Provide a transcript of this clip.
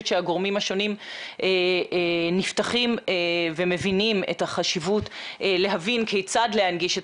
שהגורמים השונים נפתחים ומבינים את החשיבות להבין כיצד להנגיש את